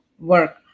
work